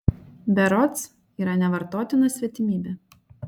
berods yra nevartotina svetimybė